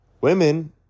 Women